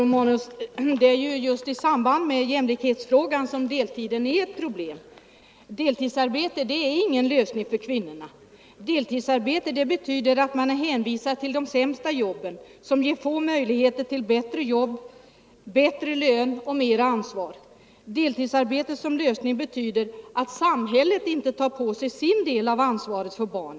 Herr talman! Det är just i samband med jämlikhetsfrågan som deltiden är ett problem. Deltidsarbete är ingen lösning för kvinnorna. Deltidsarbete betyder att man är hänvisad till de sämsta jobben som ger små möjligheter till bättre jobb, bättre lön och mera ansvar. Deltidsarbete som lösning betyder att samhället inte tar på sig sin del av ansvaret för barnen.